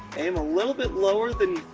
aim a little bit lower than